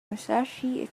musashi